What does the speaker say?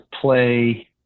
play